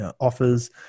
offers